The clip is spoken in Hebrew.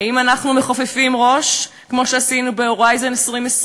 האם אנחנו מכופפים ראש כמו שעשינו ב"הורייזן 2020",